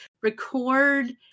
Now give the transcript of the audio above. record